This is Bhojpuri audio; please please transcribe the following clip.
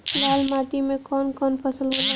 लाल माटी मे कवन कवन फसल होला?